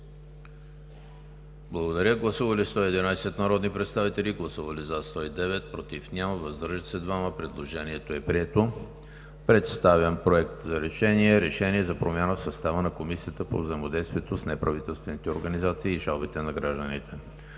гласуване. Гласували 111 народни представители: за 109, против няма, въздържали се 2. Предложението е прието. Представям: „Проект! РЕШЕНИЕ за промяна в състава на Комисията по взаимодействието с неправителствените организации и жалбите на гражданите